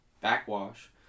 Backwash